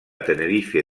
tenerife